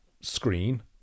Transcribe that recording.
screen